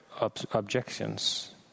objections